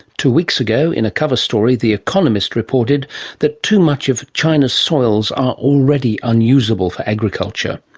two weeks ago, in a cover story, the economist reported that too much of china's soils are already unusable for agriculture.